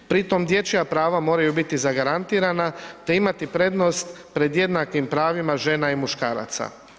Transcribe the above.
Pritom dječja prava moraju biti zagarantirana te imati prednost pred jednakim pravima žena i muškaraca.